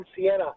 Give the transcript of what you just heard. Sienna